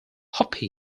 hope